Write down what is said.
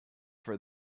for